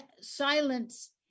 Silence